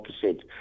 percent